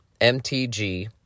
MTG